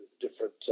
different